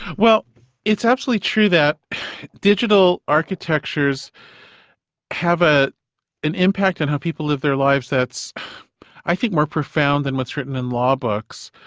well it's absolutely true that digital architectures have ah an impact on how people live their lives that's i think more profound than what's written in law books.